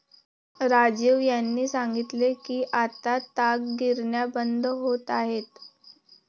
राजीव यांनी सांगितले की आता ताग गिरण्या बंद होत आहेत